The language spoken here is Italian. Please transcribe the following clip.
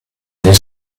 nel